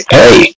hey